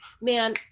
Man